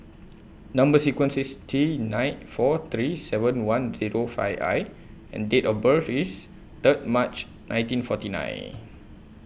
Number sequence IS T nine four three seven one Zero five I and Date of birth IS Third March nineteen forty nine